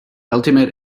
ultimate